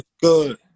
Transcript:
good